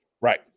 Right